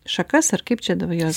šakas ar kaip čia dabar jas